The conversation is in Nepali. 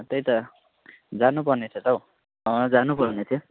त्यही त जानुपर्ने छ त हौ अँ जानु पर्नेथ्यो